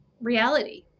reality